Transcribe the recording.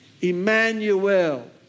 Emmanuel